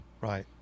Right